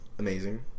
amazing